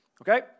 Okay